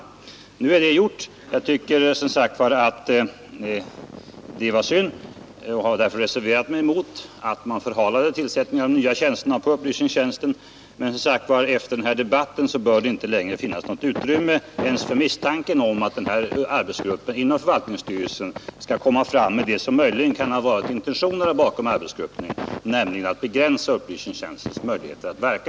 Nu är det emellertid gjort. Jag tycker att det var synd och reserverade mig därför i förvaltningsstyrelsen mot att man förhalade tillsättningen av de nya tjänsterna. Efter den här debatten bör det dock inte längre finnas något utrymme ens för misstanken om att arbetsgruppen inom förvaltningsstyrelsen kan komma fram med det som möjligen har varit intentionerna bakom arbetsgruppens tillsättande: att begränsa upplysningstjänstens möjligheter att verka.